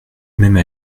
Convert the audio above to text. même